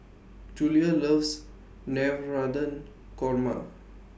Julia loves Navratan Korma